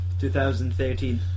2013